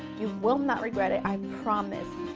you will not regret it, i promise.